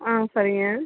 ஆ சரிங்க